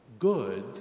Good